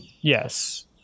Yes